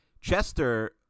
Chester